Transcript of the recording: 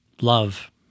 love